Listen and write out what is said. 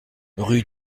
rue